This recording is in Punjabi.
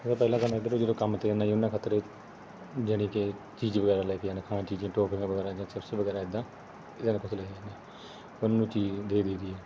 ਮੇਰਾ ਪਹਿਲਾ ਕੰਮ ਇੱਧਰੋਂ ਜਦੋਂ ਕੰਮ ਤੋਂ ਜਾਂਦਾ ਜੀ ਉਹਨਾਂ ਖਾਤਰ ਜਾਣੀ ਕਿ ਚੀਜ਼ ਵਗੈਰਾ ਲੈ ਕੇ ਜਾਂਦਾ ਖਾਣ ਚੀਜ਼ ਟੋਫੀਆਂ ਵਗੈਰਾ ਜਾਂ ਚਿਪਸ ਵਗੈਰਾ ਇੱਦਾਂ ਇੱਦਾਂ ਦਾ ਕੁਝ ਲੈ ਜਾਂਦਾ ਉਹਨਾਂ ਨੂੰ ਚੀਜ਼ ਦੇ ਦਈਦੀ ਆ